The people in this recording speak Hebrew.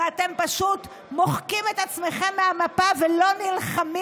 ואתם פשוט מוחקים את עצמכם מהמפה ולא נלחמים